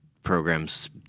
programs